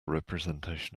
representation